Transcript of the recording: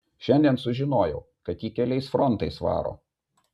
šiandien sužinojau kad ji keliais frontais varo